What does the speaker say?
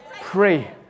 Pray